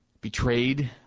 betrayed